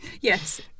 Yes